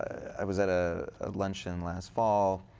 i was at a luncheon last fall.